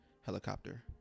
helicopter